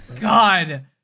God